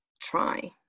try